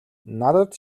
надад